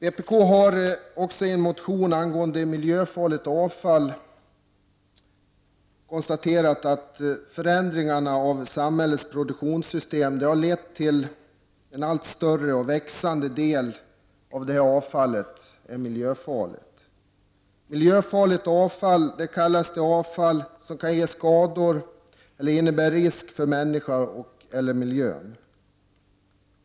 Vpk har i en motion angående miljöfarligt avfall konstaterat att förändringar av samhällets produktionssystem har lett till att en allt större och växande del av avfallet är miljöfarligt. Miljöfarligt avfall kallas det avfall som kan ge skador eller innebär risk för människor eller miljö.